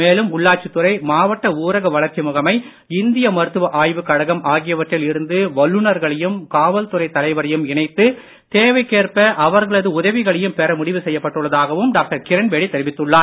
மேலும் உள்ளாட்சித்துறை மாவட்ட ஊரக வளர்ச்சி முகமை இந்திய மருத்துவ வல்லுனர்களையும் காவல்துறை தலைவரையும் இணைத்து தேவைக்கேற்ப அவர்களது உதவிகளையும் பெற முடிவ செய்யப்பட்டுள்ளதாகவும் டாக்டர் கிரண்பேடி தெரிவித்துள்ளார்